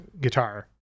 guitar